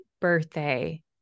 birthday